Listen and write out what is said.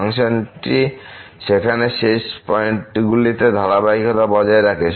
ফাংশনটি সেখানে শেষ পয়েন্টগুলিতে ধারাবাহিকতা বজায় রাখে